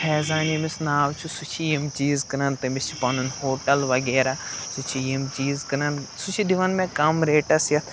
فیضان ییٚمِس ناو چھُ سُہ چھِ یِم چیٖز کٕنان تٔمِس چھِ پَنُن ہوٹَل وغیرہ سُہ چھِ یِم چیٖز کٕنان سُہ چھِ دِوَان مےٚ کَم ریٹَس یَتھ